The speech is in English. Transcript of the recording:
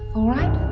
alright?